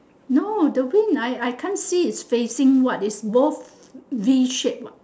no the wing I I I can't see is facing what is both V shape what